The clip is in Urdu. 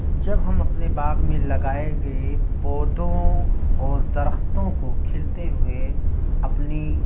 جب ہم اپنے باغ میں لگائے گئے پودوں اور درختوں کو کھلتے ہوئے اپنی